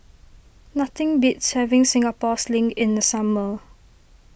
nothing beats having Singapore Sling in the summer